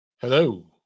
Hello